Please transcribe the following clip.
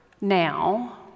Now